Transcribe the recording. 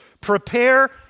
Prepare